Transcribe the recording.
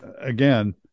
again